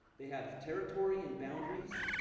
they have territory and boundaries,